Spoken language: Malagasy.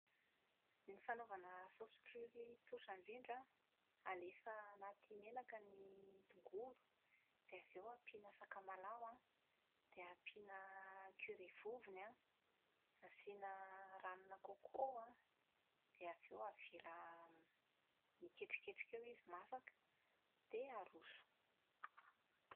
Ny fanaovana saosy curry tsotra indrindra an, alefa anaty menaka ny tongolo dia avy eo ampiana sakamalalo an, dia ampiana curry vovony an, asiana ranona coco an, dia avy eo avela hiketriketrika eo izy masaka dia aroso.